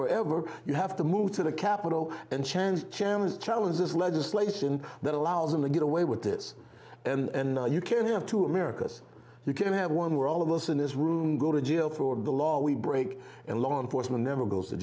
forever you have to move to the capitol and chance chamas challenge this legislation that allows them to get away with this and you can have two americas you can have one where all of us in this room go to jail for the law we break and law enforcement never goes to